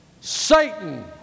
Satan